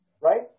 right